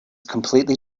completely